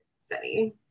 city